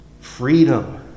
Freedom